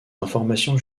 informations